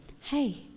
Hey